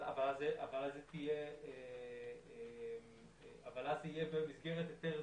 אבל אז זה יהיה במסגרת היתר זמני.